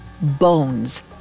Bones